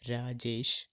Rajesh